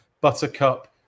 Buttercup